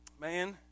Man